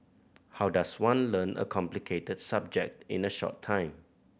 how does one learn a complicated subject in a short time